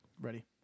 Ready